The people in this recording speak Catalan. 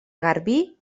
garbí